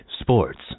sports